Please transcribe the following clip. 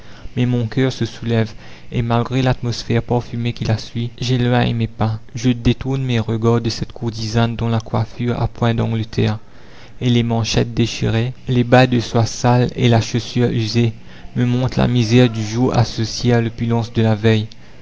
mais mon coeur se soulève et malgré l'atmosphère parfumée qui la suit j'éloigne mes pas je détourne mes regards de cette courtisane dont la coiffure à points d'angleterre et les manchettes déchirées les bas de soie sales et la chaussure usée me montrent la misère du jour associée à l'opulence de la veille